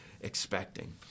expecting